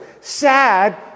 Sad